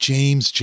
James